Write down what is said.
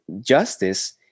justice